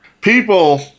People